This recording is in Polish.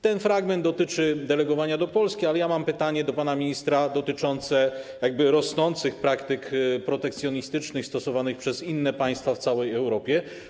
Ten fragment dotyczy delegowania do Polski, ale mam pytanie do pana ministra dotyczące rosnących praktyk protekcjonistycznych stosowanych przez inne państwa w całej Europie.